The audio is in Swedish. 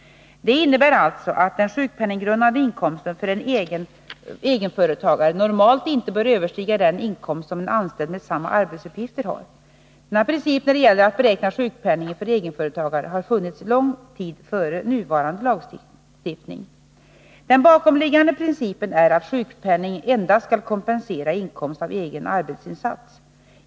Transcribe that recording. Det innebär alltså att den sjukpenninggrundande inkomsten för en egenföretagare normalt inte bör 13 överstiga den inkomst som en anställd med samma arbetsuppgifter har. Denna princip när det gäller att beräkna sjukpenningen för egenföretagare har funnits lång tid före nuvarande lagstiftning. Den bakomliggande principen är att sjukpenning endast skall kompensera inkomst av egen arbetsinsats.